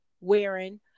wearing